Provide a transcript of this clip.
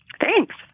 Thanks